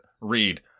read